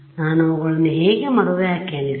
ನಾನು ಅವುಗಳನ್ನು ಹೇಗೆ ಮರು ವ್ಯಾಖ್ಯಾನಿಸಿದೆ